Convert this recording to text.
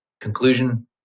Conclusion